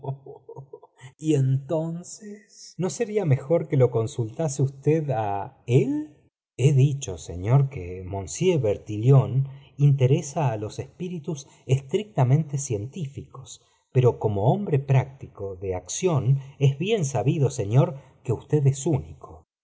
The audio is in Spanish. bertillon entonces no sería mejor que lo consultase usted á él he dicho señor que monsieur bertillon interesa á los espíritus estrictamente científicos pero como hombre práctico de acción es bien sabido señor que usted es